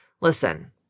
listen